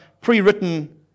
pre-written